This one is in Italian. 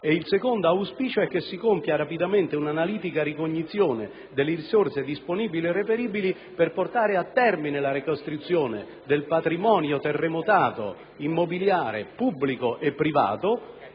Il secondo auspicio è che si compia rapidamente un'analitica ricognizione delle risorse disponibili o reperibili per portare a compimento la ricostruzione del patrimonio immobiliare terremotato, pubblico e privato,